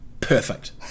perfect